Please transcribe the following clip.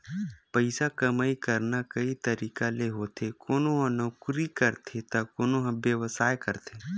पइसा कमई करना कइ तरिका ले होथे कोनो ह नउकरी करथे त कोनो ह बेवसाय करथे